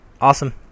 Awesome